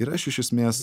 ir aš iš esmės